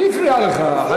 מי הפריע לך?